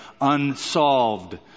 unsolved